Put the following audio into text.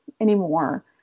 anymore